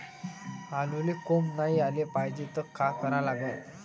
आलूले कोंब नाई याले पायजे त का करा लागन?